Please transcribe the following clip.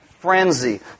Frenzy